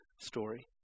story